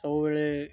ଆଉବେଳେ